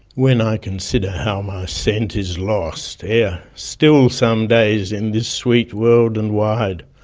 when i consider how my scent is lost ere still some days in this sweet world and wide'?